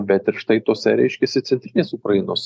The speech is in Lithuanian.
bet ir štai tuose reiškiasi centrinės ukrainos